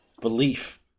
belief